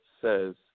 says